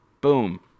boom